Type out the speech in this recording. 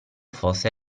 fosse